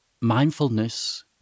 mindfulness